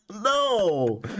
No